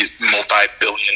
multi-billion